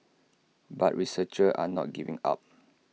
but researchers are not giving up